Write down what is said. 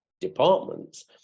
departments